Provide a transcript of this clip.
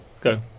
Go